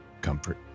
comfort